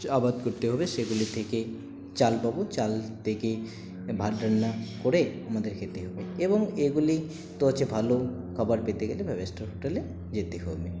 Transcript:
আবাদ করতে হবে সেগুলি থেকে চাল পাব চাল তেকে ভাত রান্না করে আমাদের খেতে হবে এবং এগুলি তো হচ্ছে ভালো খাবার পেতে গেলে হোটেলে যেতে হবে